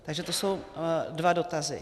Takže to jsou dva dotazy.